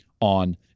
on